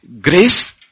grace